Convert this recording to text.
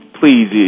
please